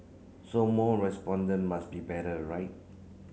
so more respondent must be better right